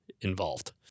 involved